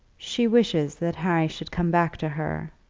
she wishes that harry should come back to her,